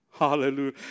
Hallelujah